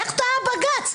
איך טעה בג"ץ?